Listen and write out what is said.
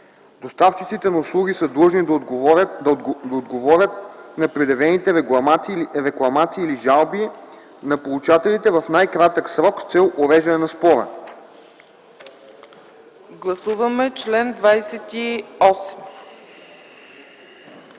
Доставчиците на услуги са длъжни да отговарят на предявените рекламации или жалби на получателите в най-кратък срок с цел уреждане на спора.”